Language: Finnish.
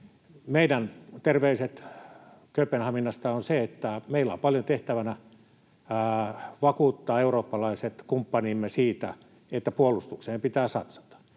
Meidän terveiset Kööpenhaminasta ovat, että meillä on paljon tehtävänä vakuuttaa eurooppalaiset kumppanimme siitä, että puolustukseen pitää satsata